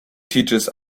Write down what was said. teaches